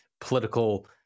political